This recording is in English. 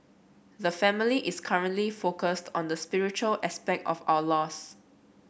the family is currently focused on the spiritual aspect of our loss